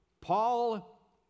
paul